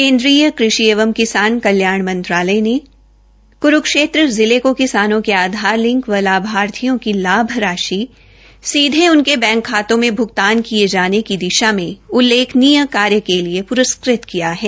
केन्द्रीय कृषि एवं किसान कल्याण मंत्रालय ने क्रूक्षेत्र जिले को किसानों के आधार लिंक व लाभार्थियों की लाभ राशि सीधे उनके बैंक खातों में भुगतान किये जाने की दिशा में उल्लेखनीय कार्य के लिए प्रस्कृत किया है